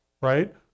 right